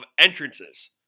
entrances